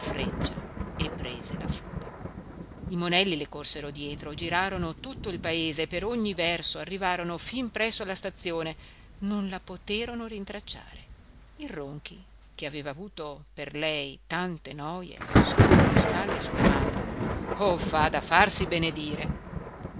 freccia e prese la fuga i monelli le corsero dietro girarono tutto il paese per ogni verso arrivarono fin presso la stazione non la poterono rintracciare il ronchi che aveva avuto per lei tante noje scrollò le spalle esclamando o vada a farsi benedire